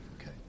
Okay